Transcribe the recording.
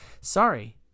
sorry